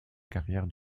carrière